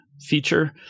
feature